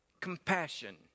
compassion